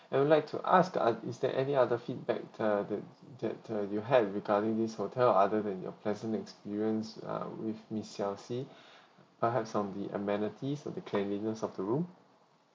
and we'd like to ask uh is there any other feedback uh that that uh you had regarding this hotel other than your pleasant experience uh with miss xiao xi perhaps some the amenities or the cleanliness of the room